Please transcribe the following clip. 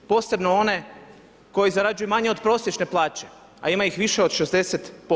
Posebno one koji zarađuju manje od prosječne plaće, a ima ih više od 60%